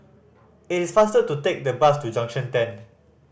it is faster to take the bus to Junction Ten